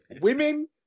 Women